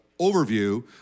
overview